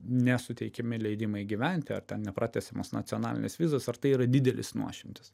nesuteikiami leidimai gyventi ar ten nepratęsiamos nacionalinės vizos ar tai yra didelis nuošimtis